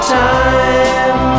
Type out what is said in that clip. time